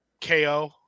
ko